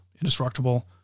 indestructible